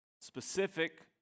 specific